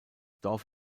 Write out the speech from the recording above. dorf